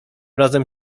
razem